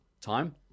time